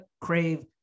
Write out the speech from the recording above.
crave